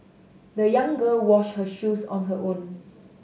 the young girl washed her shoes on her own